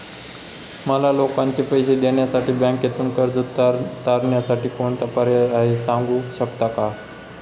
मला लोकांचे पैसे देण्यासाठी बँकेतून कर्ज तारणसाठी कोणता पर्याय आहे? सांगू शकता का?